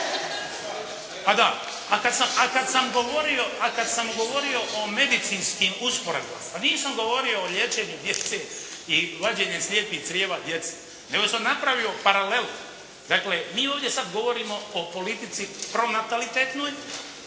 A da, kad sam govorio o medicinskim usporedbama, pa nisam govorio o liječenju djece i vađenju slijepih crijeva djece nego sam napravio paralelu. Dakle mi ovdje sada govorimo o politici pronatalitetnoj